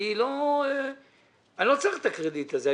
אני לא צריך את הקרדיט הזה.